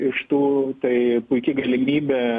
iš tų tai puiki galimybė